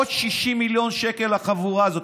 עוד 60 מיליון שקל לחבורה הזאת.